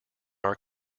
our